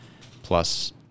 plus